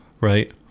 right